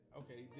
okay